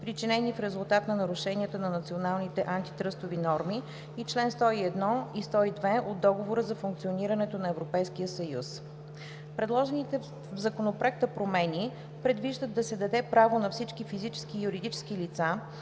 причинени в резултат на нарушенията на националните антитръстови норми и на чл. 101 и 102 от Договора за функционирането на Европейския съюз (ДФЕС). II. Предложените в Законопроекта промени предвиждат да се даде право на всички физически и юридически лица